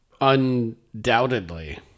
Undoubtedly